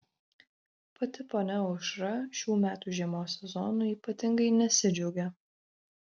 pati ponia aušra šių metų žiemos sezonu ypatingai nesidžiaugia